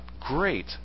great